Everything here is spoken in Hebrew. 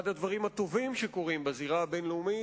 אחד הדברים הטובים שקורים בזירה הבין-לאומית